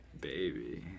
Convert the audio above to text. Baby